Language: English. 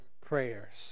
prayers